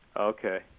Okay